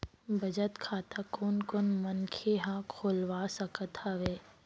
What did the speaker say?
बचत खाता कोन कोन मनखे ह खोलवा सकत हवे?